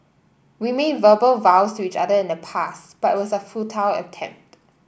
we made verbal vows to each other in the past but it was a futile attempt